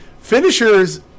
Finishers